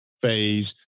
phase